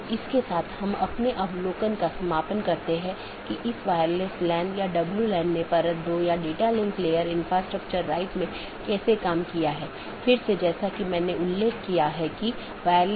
आज हमने जो चर्चा की है वह BGP रूटिंग प्रोटोकॉल की अलग अलग विशेषता यह कैसे परिभाषित किया जा सकता है कि कैसे पथ परिभाषित किया जाता है इत्यादि